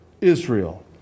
Israel